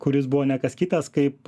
kuris buvo ne kas kitas kaip